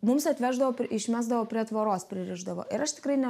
mums atveždavo ir išmesdavo prie tvoros pririšdavo ir aš tikrai ne